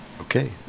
okay